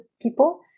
people